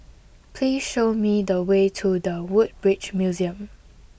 please show me the way to the Woodbridge Museum